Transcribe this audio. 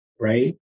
right